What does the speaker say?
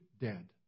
dead